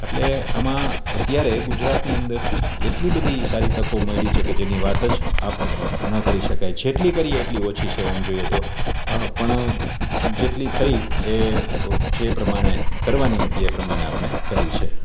એટલે આમાં અત્યારે ગુજરાતની અંદર એટલી બધી સારી તકો મળી છે કે જેની વાત જ આપ ન કરી શકાય જેટલી કરીએ એટલી ઓછી છે આમ જોઈયે તો પણ જેટલી થઈ એ જે પ્રમાણે કરવાની હતી એ પ્રમાણે આપણે કરી છે